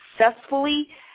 successfully